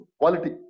quality